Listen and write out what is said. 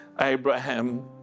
Abraham